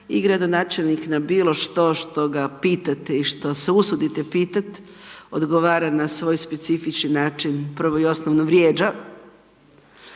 i gradonačelnik na bilo što što ga pitate i što se usudite pitat, odgovara na svoj specifičan način, prvo i osnovno vrijeđa,